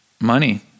money